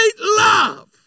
love